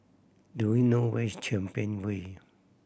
do you know where is Champion Way